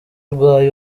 urwaye